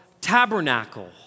tabernacle